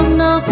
no